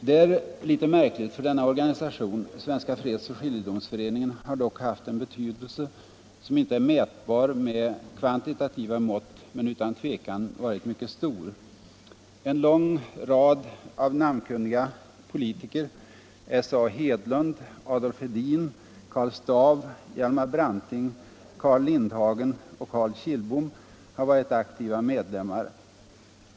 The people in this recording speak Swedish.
Det är litet märkligt, för denna organisation, Svenska fredsoch skiljedomsföreningen, har dock haft en betydelse som inte är mätbar med kvantitativa mått men som utan tvekan varit mycket stor. En lång rad av namnkunniga politiker — S. A. Hedlund, Adolf Hedin, Karl Staaff, Hjalmar Branting, Carl Lindhagen och Karl Kilbom — har varit aktiva medlemmar.